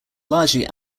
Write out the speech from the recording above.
largely